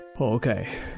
okay